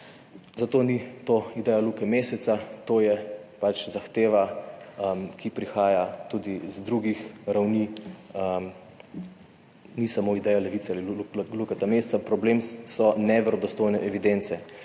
Zato ni to ideja Luke Meseca, to je pač zahteva, ki prihaja tudi z drugih ravni. Ni samo ideja Levice ali Lukata Mesca, problem so neverodostojne evidence.